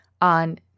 on